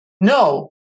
no